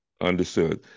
understood